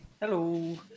Hello